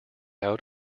out